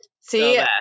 see